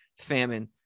famine